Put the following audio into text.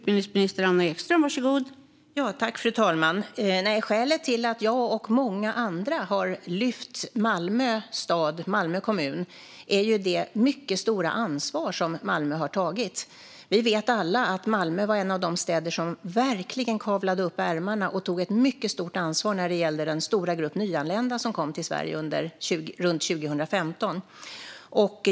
Fru talman! Skälet till att jag och många andra har lyft Malmö stad, Malmö kommun, är det mycket stora ansvar som Malmö har tagit. Vi vet alla att Malmö var en av de städer som verkligen kavlade upp ärmarna och tog ett mycket stort ansvar när det gällde den stora grupp nyanlända som kom till Sverige runt 2015.